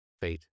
fate